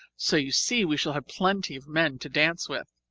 so you see we shall have plenty of men to dance with.